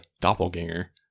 doppelganger